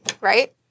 right